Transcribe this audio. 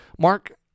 Mark